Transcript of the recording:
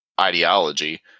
ideology